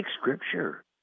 scripture